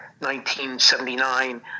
1979